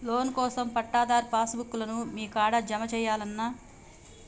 Loan కోసం పట్టాదారు passbook లు మీ కాడా జమ చేయల్నా?